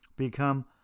Become